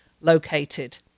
located